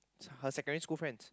her secondary school friends